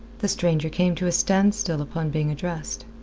the stranger came to a standstill upon being addressed.